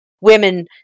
women